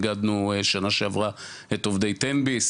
איגדנו שנה שעברה את עובדי תן-ביס,